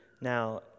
now